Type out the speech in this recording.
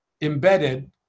embedded